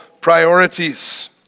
priorities